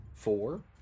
Four